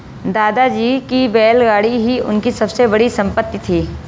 दादाजी की बैलगाड़ी ही उनकी सबसे बड़ी संपत्ति थी